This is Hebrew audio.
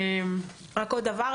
רק עוד דבר.